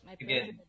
again